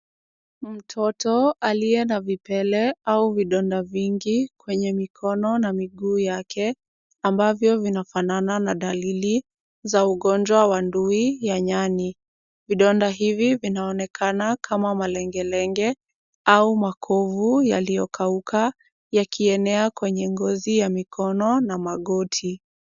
Ni mtoto aliye na vipele au vidonda vingi kwenye mikono na miguu yake, ambavyo vinafanana na dalili za ugonjwa wa ndui ya nyani. Vidonda hivi vinaonekana kama malengelenge, au makovu yaliyokauka, yakienea kwenye ngozi ya mikono na magoti.